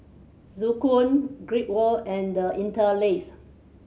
Joo Koon Great World and The Interlace